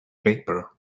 paper